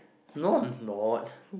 no I'm not